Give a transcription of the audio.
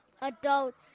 adults